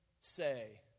say